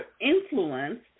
influenced